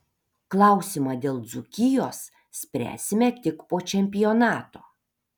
klausimą dėl dzūkijos spręsime tik po čempionato